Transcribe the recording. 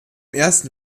ersten